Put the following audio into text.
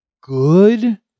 good